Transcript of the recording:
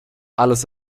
alles